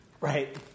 Right